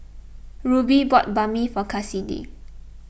Ruby bought Banh Mi for Kassidy